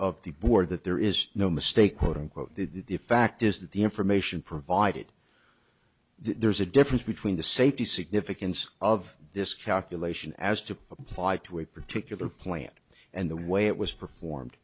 of the board that there is no mistake quote unquote the fact is that the information provided there's a difference between the safety significance of this calculation as to apply to a particular plant and the way it was performed